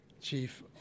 Chief